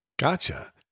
Gotcha